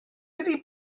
ydy